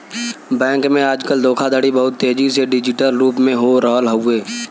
bank में आजकल धोखाधड़ी बहुत तेजी से डिजिटल रूप में हो रहल हउवे